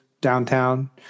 Downtown